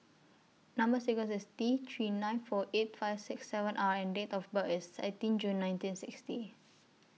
Number sequence IS T three nine four eight five six seven R and Date of birth IS eighteen June nineteen sixty